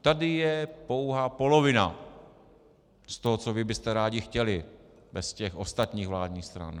Tady je pouhá polovina z toho, co vy byste rádi chtěli bez těch ostatních vládních stran.